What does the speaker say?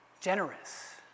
Generous